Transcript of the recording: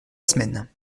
semaine